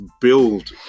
build